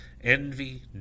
envy